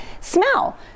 smell